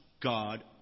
God